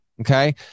okay